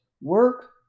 work